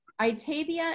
Itavia